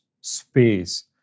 space